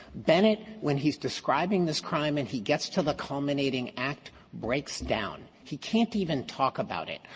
bennett, when he's describing this crime and he gets to the culminating act, breaks down. he can't even talk about it.